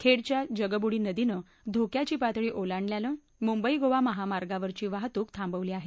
खेडच्या जगबुडी नदीनं धोक्याची पातळी ओलांडल्यानं मुंबई गोवा महामार्गावरची वाहतूक थांबवली आहे